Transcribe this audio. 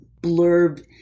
blurb